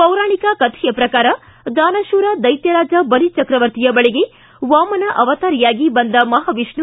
ಪೌರಾಣಿಕ ಕಥೆಯ ಪ್ರಕಾರ ದಾನಶೂರ ದೈತ್ಯರಾಜ ಬಲಿ ಚಕ್ರವರ್ತಿಯ ಬಳಿಗೆ ವಾಮನ ಅವತಾರಿಯಾಗಿ ಬಂದ ಮಹಾವಿಷ್ಟು